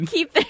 Keep